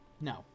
No